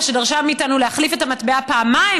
שדרשה מאיתנו להחליף את המטבע פעמיים,